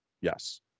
Yes